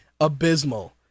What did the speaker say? abysmal